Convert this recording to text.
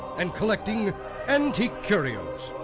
and collecting antique curios.